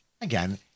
Again